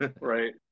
Right